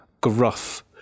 gruff